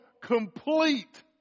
complete